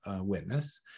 witness